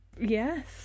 Yes